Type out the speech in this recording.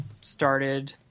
started